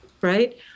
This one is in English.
right